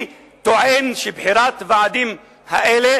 אני טוען שבחירת הוועדים האלה,